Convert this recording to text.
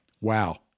Wow